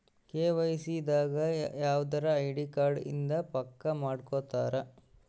KYC ದಾಗ ಯವ್ದರ ID card ಇಂದ ಪಕ್ಕ ಮಾಡ್ಕೊತರ